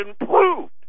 improved